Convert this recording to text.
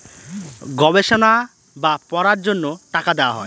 গবেষণা বা পড়ার জন্য টাকা দেওয়া হয়